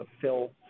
fill